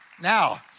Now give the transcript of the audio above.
Now